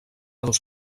dos